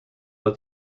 but